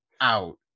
out